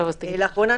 לאחרונה,